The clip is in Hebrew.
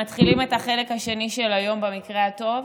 מתחילים את החלק השני של היום במקרה הטוב.